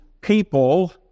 people